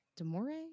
demore